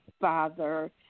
father